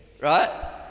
Right